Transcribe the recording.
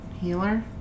Healer